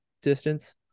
distance